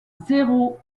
zéro